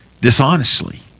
dishonestly